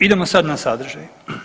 Idemo sad na sadržaj.